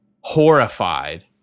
horrified